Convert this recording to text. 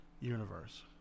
universe